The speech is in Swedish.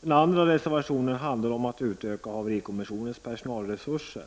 Den andra reservationen handlar om att utöka haverikommissionens personalresurser.